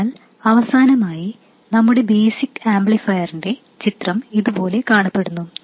അതിനാൽ അവസാനമായി നമ്മുടെ ബേസിക് ആംപ്ലിഫയറിന്റെ ചിത്രം ഇതുപോലെ കാണപ്പെടുന്നു